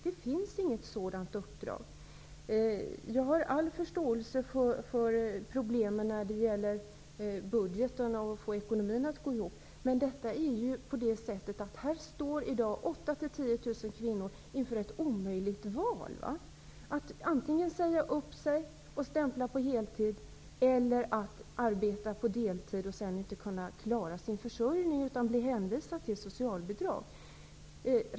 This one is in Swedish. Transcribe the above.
Det finns inget sådant uppdrag. Jag har all förståelse för problemen med budgeten, att få ekonomin att gå ihop. Med i dag står 8 000-- 10 000 kvinnor inför ett omöjligt val att antingen säga upp sig och stämpla på heltid eller att arbeta på deltid och inte klara sin försörjning utan bli hänvisad till socialbidrag.